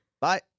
Bye